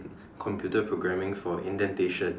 computer programming for indentation